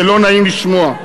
זה לא נעים לשמוע.